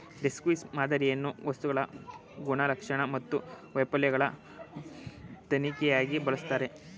destructive ಮಾದರಿಯನ್ನು ವಸ್ತುಗಳ ಗುಣಲಕ್ಷಣ ಮತ್ತು ವೈಫಲ್ಯಗಳ ತನಿಖೆಗಾಗಿ ಬಳಸ್ತರೆ